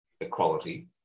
equality